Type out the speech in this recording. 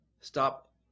stop